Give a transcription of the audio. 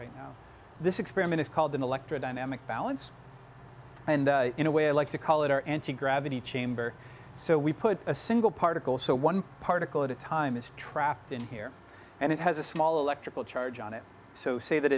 right now this experiment is called electrodynamic balance and in a way i like to call it our anti gravity chamber so we put a single particle so one particle at a time is trapped in here and it has a small electrical charge on it so say that